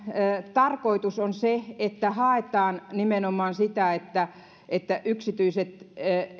tarkoitus on se että haetaan nimenomaan sitä että että yksityiset